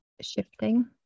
shifting